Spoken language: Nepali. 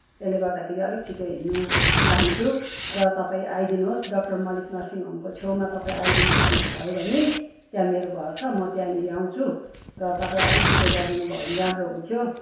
त्यसले गर्दाखेरि अलिक छिटो हिँड्नु चाहन्छु र तपाईँ आइदिनुहोस् डाक्टर मल्लिक नर्सिङ होमको छेउमा तपाईँ आइदिनुभयो भने त्यहाँ मेरो घर छ म त्यहाँनिर आउँछु र तपाईँ अलिक छिटो गरिदिनुभयो भने राम्रो हुन्थ्यो